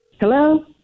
Hello